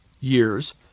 years